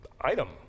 item